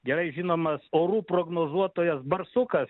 gerai žinomas orų prognozuotojas barsukas